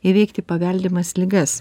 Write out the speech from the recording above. įveikti paveldimas ligas